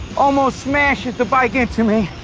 almost smashes the bike into me.